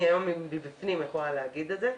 אני היום בפנים ויכולה לומר את זה.